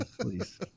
please